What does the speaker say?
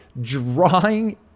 drawing